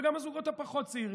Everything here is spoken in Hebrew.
וגם הזוגות הפחות-צעירים,